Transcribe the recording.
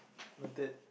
noted